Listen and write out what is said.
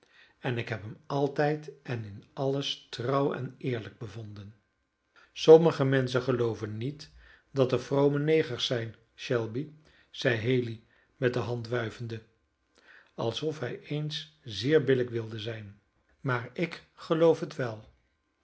en ik heb hem altijd en in alles trouw en eerlijk bevonden sommige menschen gelooven niet dat er vrome negers zijn shelby zeide haley met de hand wuivende alsof hij eens zeer billijk wilde zijn maar ik geloof het wel